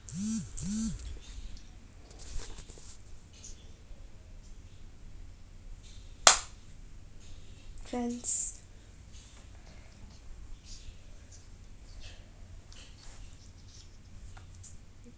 finance